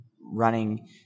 running